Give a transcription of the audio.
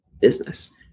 business